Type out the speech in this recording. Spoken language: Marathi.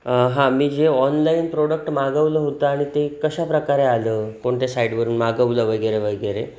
हां मी जे ऑनलाईन प्रोडक्ट मागवलं होतं आणि ते कशाप्रकारे आलं कोणत्या साईटवरून मागवलं वगैरे वगैरे